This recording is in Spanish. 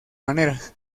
maneras